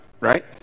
right